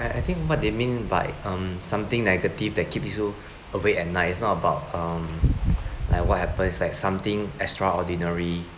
I I think what they mean by um something negative that keeps you awake at night is not about um like what happened it's like something extraordinary